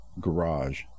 garage